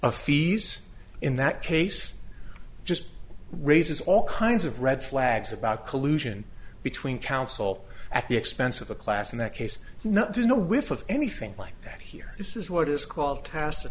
of fees in that case just raises all kinds of red flags about collusion between counsel at the expense of a class in that case now there's no whiff of anything like that here this is what is called